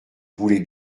voulez